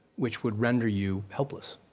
which would render you helpless.